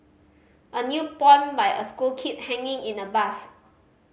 a new poem by a school kid hanging in a bus